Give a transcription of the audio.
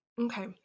Okay